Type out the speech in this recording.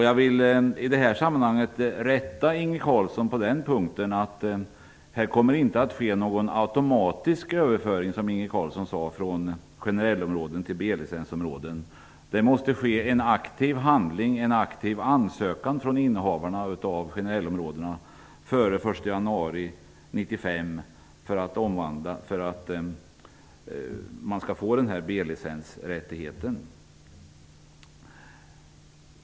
Jag vill i det här sammanhanget rätta Inge Carlsson på en punkt: Det inte kommer att ske någon automatisk överföring från generellområden till B licensområden. Det krävs en aktiv ansökan från innehavarna av generellområdena före den 1 januari 1995 för att man skall få B-licensrättighet.